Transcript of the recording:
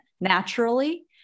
naturally